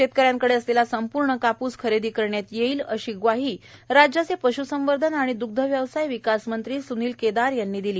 शेतकऱ्यांकडे असलेला संपूर्ण कापूस खरेदी करण्यात येईल अशी ग्वाही राज्याचे पश्संवर्धन व दुग्ध व्यवसाय विकास मंत्री सुनील केदार यांनी दिली